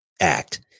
act